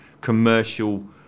commercial